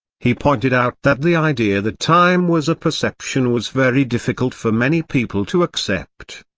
he pointed out that the idea that time was a perception was very difficult for many people to accept.